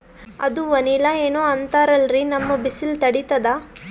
ಅದು ವನಿಲಾ ಏನೋ ಅಂತಾರಲ್ರೀ, ನಮ್ ಬಿಸಿಲ ತಡೀತದಾ?